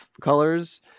colors